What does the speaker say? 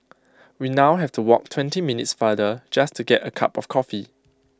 we now have to walk twenty minutes farther just to get A cup of coffee